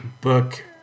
book